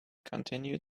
continued